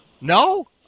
No